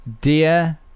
dear